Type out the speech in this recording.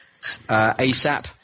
ASAP